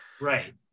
Right